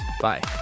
Bye